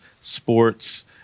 sports